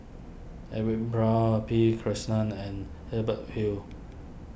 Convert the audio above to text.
Edwin Brown P Krishnan and Hubert Hill